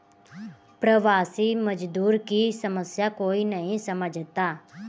प्रवासी मजदूर की समस्या कोई नहीं समझता